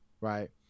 right